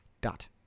dot